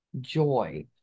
joy